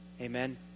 Amen